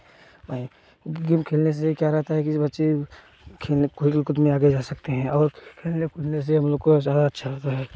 game खेलने से क्या रहता है कि बच्चे खेलने खेल कूद में आगे जा सकते हैं और खेलने कूदने से हम लोगों को ज़्यादा अच्छा लगता है